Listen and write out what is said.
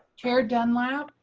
chair dunlap,